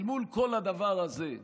אל מול כל הדבר הזה,